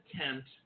attempt